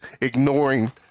ignoring